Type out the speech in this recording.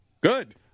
Good